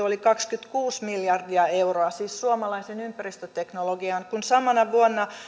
oli kaksikymmentäkuusi miljardia euroa siis suomalaisen ympäristöteknologian kun samana vuonna